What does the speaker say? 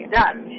done